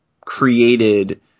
created